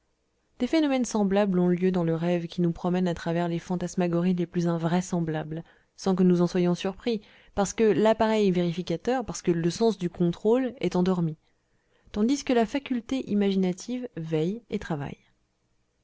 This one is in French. des phénomènes semblables ont lieu dans le rêve qui nous promène à travers les fantasmagories les plus invraisemblables sans que nous en soyions surpris parce que l'appareil vérificateur parce que le sens du contrôle est endormi tandis que la faculté imaginative veille et travaille